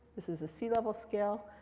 this is a sea level scale.